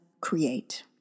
create